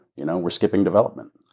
you know we're skipping development.